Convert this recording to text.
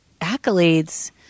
accolades